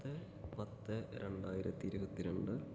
പത്ത് പത്ത് രണ്ടായിരത്തി ഇരുപത്തി രണ്ട്